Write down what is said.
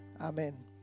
amen